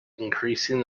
increasing